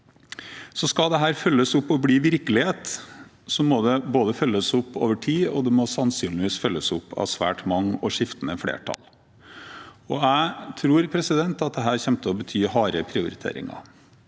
Skal dette følges opp og bli virkelighet, må det følges opp over tid, og det må sannsynligvis følges opp av svært mange og skiftende flertall. Jeg tror at dette kommer til å bety harde prioriteringer.